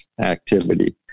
activity